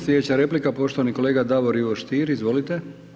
Slijedeća replika, poštovani kolega Davor Ivo Stier, izvolite.